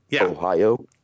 Ohio